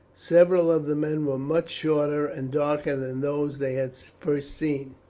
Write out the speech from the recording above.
several of the men were much shorter and darker than those they had first seen,